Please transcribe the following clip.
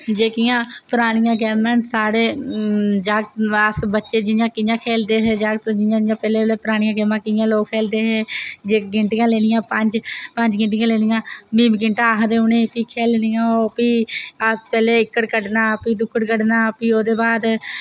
जेह्कियां परानियां गेमां न अस जागत् जि'यां कि'यां खेल्लदे हे पैह्लें पैह्लें जि'यां परानियां गेमां कि'यां लोक खेल्लदे हे जे गीह्टियां लैनियां पंज पंज गीह्टियां लैनियां गीह्टे आखदे प्ही उ'नें खेल्लनियां ओह् पैह्लें इक्कड़ कड्ढना प्ही दुक्कड़ कड्ढना प्ही ओह्दे बाद